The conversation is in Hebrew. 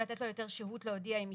לתת לו יותר שהות להודיע אם השתנה.